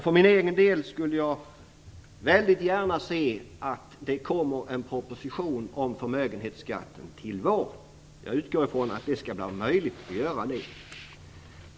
För min egen del skulle jag väldigt gärna se att det framläggs en proposition om förmögenhetsskatten till våren. Jag utgår från att det skall vara möjligt att göra det.